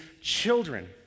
children